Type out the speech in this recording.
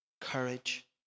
Courage